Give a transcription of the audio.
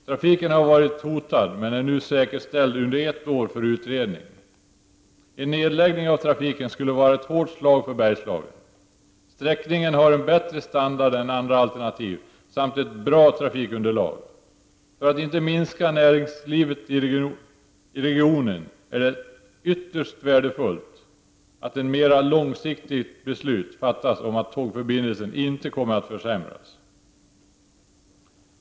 Trafiken har varit hotad men är nu säkerställd under ett år för utredning. En nedläggning av trafiken skulle vara ett hårt slag för Bergslagen. Sträckningen har en bättre standard än andra alternativ samt ett bra trafikunderlag. För inte minst näringslivet i regionen är det ytterst värdefullt att ett mera långsiktigt beslut fattas om att tågförbindelserna inte kommer att försämras.